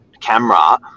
camera